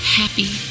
happy